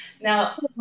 Now